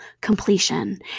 completion